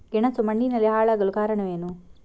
ಗೆಣಸು ಮಣ್ಣಿನಲ್ಲಿ ಹಾಳಾಗಲು ಕಾರಣವೇನು?